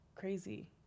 crazy